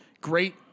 Great